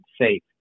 safe